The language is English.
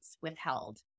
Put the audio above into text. withheld